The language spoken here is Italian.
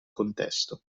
contesto